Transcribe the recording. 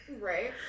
right